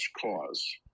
cause